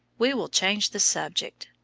we will change the subject.